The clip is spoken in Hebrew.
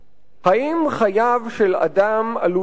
"האם חייו של אדם עלו יפה?